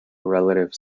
relatives